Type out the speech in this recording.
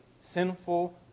sinful